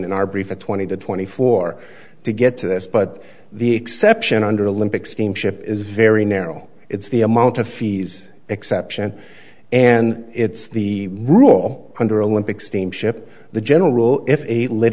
in our brief a twenty to twenty four to get to this but the exception under lympics steamship is very narrow it's the amount of fees exception and it's the rule under olympic steamship the general rule if a lit